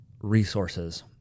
resources